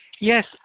Yes